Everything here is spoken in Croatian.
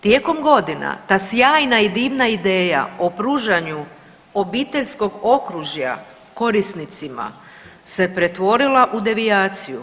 Tijekom godina ta sjajna i divna ideja o pružanju obiteljskog okružja korisnicima se pretvorila u devijaciju.